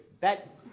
bet